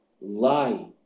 lie